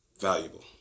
valuable